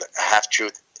half-truth